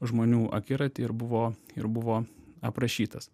žmonių akiratį ir buvo ir buvo aprašytas